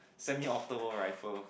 semi auto rifle